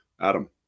adam